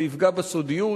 זה יפגע בסודיות,